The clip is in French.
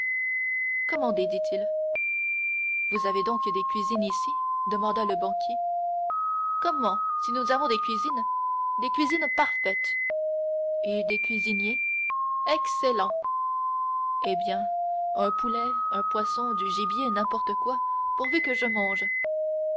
commandez dit-il vous avez donc des cuisines ici demanda le banquier comment si nous avons des cuisines des cuisines parfaites et des cuisiniers excellents eh bien un poulet un poisson du gibier n'importe quoi pourvu que je mange